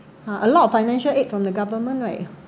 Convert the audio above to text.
a lot of financial aid from the government right